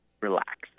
Relaxed